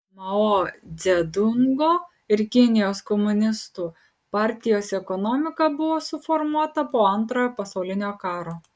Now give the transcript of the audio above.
mao dzedungo ir kinijos komunistų partijos ekonomika buvo suformuota po antrojo pasaulinio karo